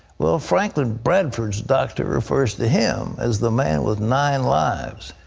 franklin bradford's doctor refers to him as the man with nine lives.